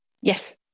Yes